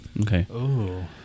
Okay